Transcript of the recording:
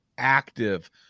active